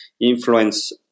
influence